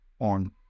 on